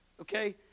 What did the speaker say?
okay